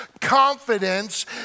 confidence